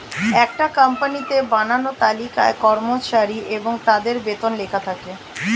একটা কোম্পানিতে বানানো তালিকায় কর্মচারী এবং তাদের বেতন লেখা থাকে